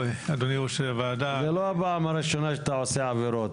אדוני היושב-ראש --- זו לא הפעם הראשונה שאתה עושה עבירות.